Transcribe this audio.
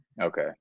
Okay